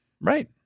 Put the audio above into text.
Right